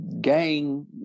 gang